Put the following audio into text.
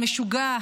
המשוגע,